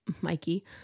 Mikey